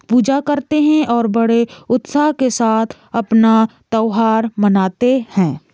पूजा करते हैं और बड़े उत्साह के साथ अपना त्यौहार मनाते हैं